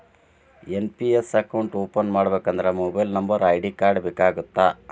NPS account open ಮಾಡಬೇಕಂದ್ರ mobile number ID card ಬೇಕಾಗತ್ತಾ?